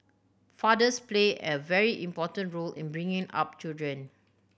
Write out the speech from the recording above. fathers play a very important role in bringing up children